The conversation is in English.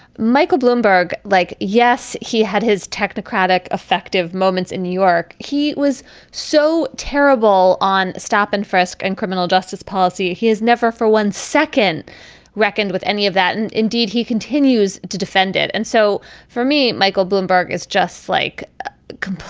michael bloomberg like yes he had his technocratic effective moments in new york. he was so terrible on stop and frisk and criminal justice policy. he has never for one second reckoned with any of that and indeed he continues to defend it and so for me michael bloomberg is just like